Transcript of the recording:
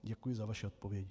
Děkuji za vaši odpověď.